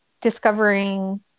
discovering